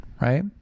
right